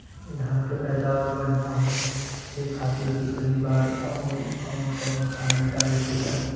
धान के पैदावार बढ़िया होखे खाती कितना बार अउर कवन कवन खाद डाले के चाही?